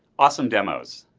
awesome demos.